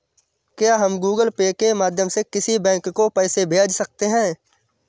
क्या हम Google Pay के माध्यम से किसी बैंक को पैसे भेज सकते हैं?